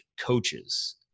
coaches